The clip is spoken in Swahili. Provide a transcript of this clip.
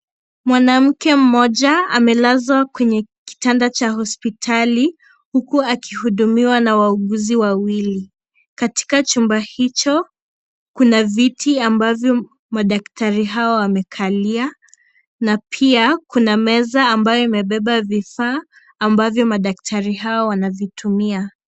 Mwanamke mmoja amelazwa kwenye kitanda cha hospitali huku akihudumiwa na wauguzi wawili. Katika chumba hicho kuna viti ambavyo madaktari hawa wamekalia na pia kuna meza ambayo imebeba vifaa ambavyo madaktari hawa wanavitumia.